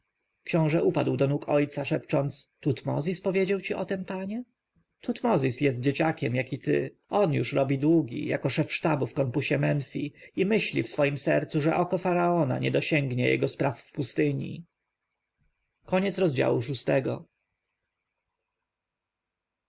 książę upadł do nóg ojcu szepcząc tutmozis powiedział ci o tem panie tutmozis jest dzieciakiem jak i ty on już robi długi jako szef sztabu w korpusie menfi i myśli w swem sercu że oko faraona nie dosięgnie jego spraw w pustyni